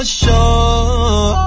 sure